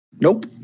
Nope